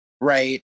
right